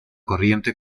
corriente